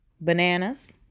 bananas